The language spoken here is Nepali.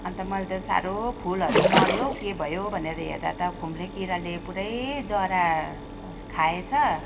अन्त मैले त साह्रो फुलहरू मऱ्यो हौ के भयो भनेर हेर्दा त खुम्ले किराले पुरै जरा खाएछ